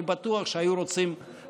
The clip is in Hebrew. אני בטוח שהם היו רוצים לחתום,